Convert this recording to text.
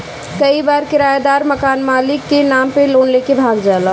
कई बार किरायदार मकान मालिक के नाम पे लोन लेके भाग जाला